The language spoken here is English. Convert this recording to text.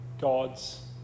gods